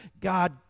God